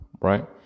Right